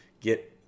get